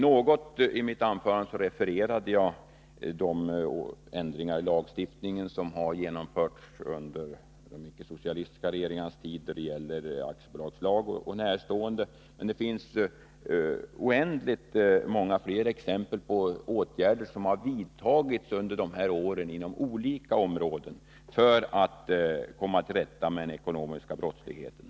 Jagrefererade i mitt anförande något av de ändringar som har gjorts under de icke-socialistiska regeringarnas tid i aktiebolagslag och närstående lagar, men det finns oändligt många fler exempel på åtgärder inom olika områden som har vidtagits under de här åren för att komma till rätta med den ekonomiska brottsligheten.